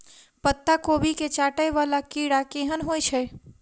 पत्ता कोबी केँ चाटय वला कीड़ा केहन होइ छै?